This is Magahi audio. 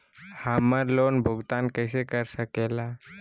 हम्मर लोन भुगतान कैसे कर सके ला?